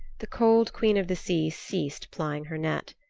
the cold queen of the sea ceased plying her net.